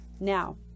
Now